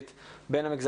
כחובב ספורט,